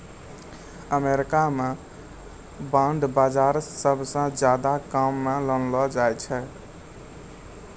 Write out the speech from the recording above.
अमरीका म बांड बाजार सबसअ ज्यादा काम म लानलो जाय छै